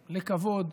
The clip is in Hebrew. לכבוד,